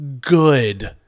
good